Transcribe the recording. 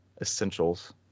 essentials